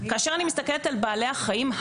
כאשר אני מסתכלת על בעלי החיים,